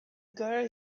girl